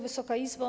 Wysoka Izbo!